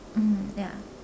mmhmm ya